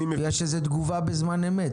בגלל שזו תגובה בזמן אמת.